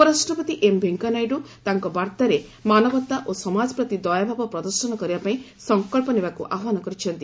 ଉପରାଷ୍ଟ୍ରପତି ଏମ୍ ଭେଙ୍କୟାନାଇଡୁ ତାଙ୍କ ବାର୍ତ୍ତାରେ ମାନବତା ଓ ସମାଜ ପ୍ରତି ଦୟାଭାବ ପ୍ରଦର୍ଶନ କରିବା ପାଇଁ ସଂକଳ୍ପ ନେବାକୁ ଆହ୍ପାନ କରିଛନ୍ତି